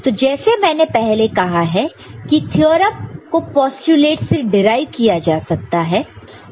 तो जैसे मैंने पहले कहा है कि थ्योरम को पोस्टयूलेट से डिराइव किया जा सकता है